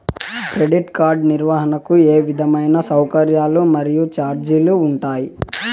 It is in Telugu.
క్రెడిట్ కార్డు నిర్వహణకు ఏ విధమైన సౌకర్యాలు మరియు చార్జీలు ఉంటాయా?